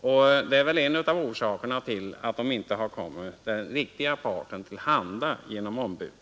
och det är väl en av orsakerna till att handlingarna inte har kommit den riktiga parten till handa genom ombudet.